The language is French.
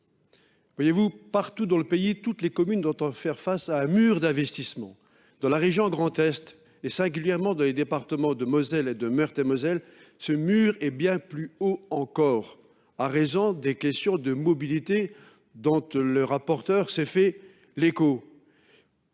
Voyez vous, partout dans le pays, toutes les communes ont à faire face à un mur d’investissement. Dans la région Grand Est, et singulièrement dans les départements de Moselle et de Meurthe et Moselle, ce mur est bien plus haut encore en raison des questions de mobilité dont le rapporteur spécial s’est fait l’écho.